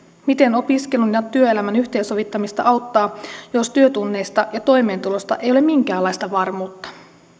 miten opiskelun ja työelämän yhteensovittamista auttaa jos työtunneista ja toimeentulosta ei ole minkäänlaista varmuutta